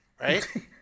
right